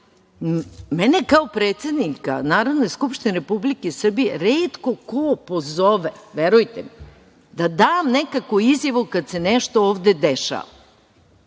Mene kao predsednika Narodne skupštine Republike Srbije retko ko pozove, verujte mi, da dam nekakvu izjavu kada se nešto ovde dešava.